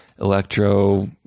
electro